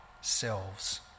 selves